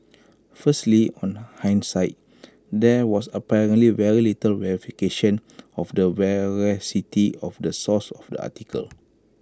firstly on hindsight there was apparently very little verification of the veracity of the source of the article